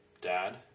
dad